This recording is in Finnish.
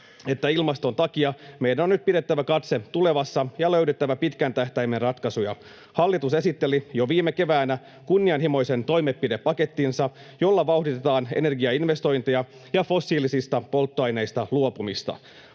että ilmaston takia meidän on nyt pidettävä katse tulevassa ja löydettävä pitkän tähtäimen ratkaisuja. Hallitus esitteli jo viime keväänä kunnianhimoisen toimenpidepakettinsa, jolla vauhditetaan energiainvestointeja ja fossiilisista polttoaineista luopumista.